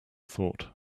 thought